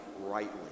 rightly